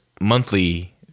monthly